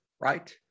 right